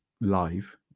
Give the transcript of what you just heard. live